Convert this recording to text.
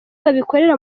babikorera